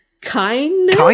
kindness